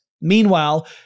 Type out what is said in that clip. Meanwhile